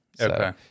Okay